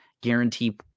Guarantee